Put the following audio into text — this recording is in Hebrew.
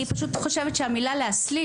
אני פשוט חושבת שהמילה להסליל,